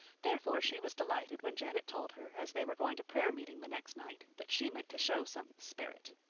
therefore she was delighted when janet told her, as they were going to prayer-meeting the next night, that she meant to show some sperrit.